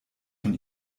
von